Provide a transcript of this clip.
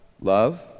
Love